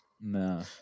no